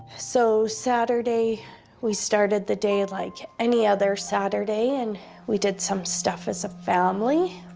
so, saturday we started the day like any other saturday, and we did some stuff as a family.